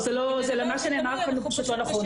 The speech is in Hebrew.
מה שנאמר כאן הוא פשוט לא נכון.